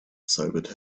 sobered